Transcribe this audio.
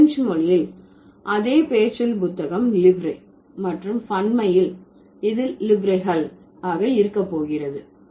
பிரஞ்சு மொழியில் அதே பெயர்ச்சொல் புத்தகம் லிவ்ரே மற்றும் பன்மையில் இது லிவ்ரே கள் ஆக இருக்க போகிறது